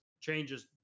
changes